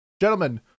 Gentlemen